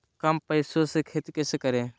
कम पैसों में खेती कैसे करें?